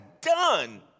done